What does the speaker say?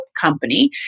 company